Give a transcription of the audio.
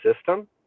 system